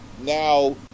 now